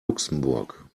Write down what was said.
luxemburg